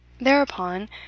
thereupon